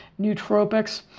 nootropics